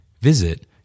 Visit